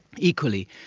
equally,